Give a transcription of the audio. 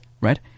right